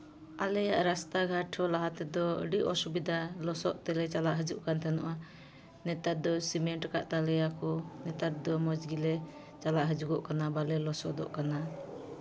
ᱟᱞᱮᱭᱟᱜ ᱨᱟᱥᱛᱟ ᱜᱷᱟᱴ ᱦᱚᱸ ᱞᱟᱦᱟ ᱛᱮᱫᱚ ᱟᱹᱰᱤ ᱚᱥᱩᱵᱤᱫᱷᱟ ᱞᱚᱥᱚᱫ ᱛᱮᱞᱮ ᱪᱟᱞᱟᱜ ᱦᱤᱡᱩᱜ ᱠᱟᱱ ᱛᱟᱦᱮᱱᱚᱜᱼᱟ ᱱᱮᱛᱟᱨ ᱫᱚ ᱥᱤᱢᱮᱱᱴ ᱟᱠᱟᱫ ᱛᱟᱞᱮᱭᱟᱠᱚ ᱱᱮᱛᱟᱨ ᱫᱚ ᱢᱚᱡᱽ ᱜᱮᱞᱮ ᱪᱟᱞᱟᱜ ᱦᱤᱡᱩᱜᱚᱜ ᱠᱟᱱᱟ ᱵᱟᱞᱮ ᱞᱚᱥᱚᱫᱚᱜ ᱠᱟᱱᱟ